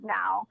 now